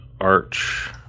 Arch